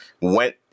went